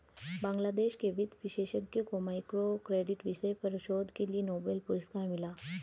बांग्लादेश के वित्त विशेषज्ञ को माइक्रो क्रेडिट विषय पर शोध के लिए नोबेल पुरस्कार मिला